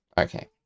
Okay